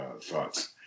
thoughts